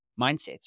mindset